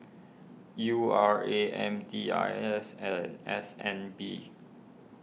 U R A M D I S and S N B